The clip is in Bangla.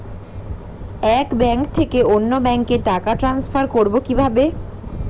এক ব্যাংক থেকে অন্য ব্যাংকে টাকা ট্রান্সফার করবো কিভাবে?